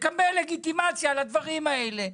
לקבל לגיטימציה לדברים האלה.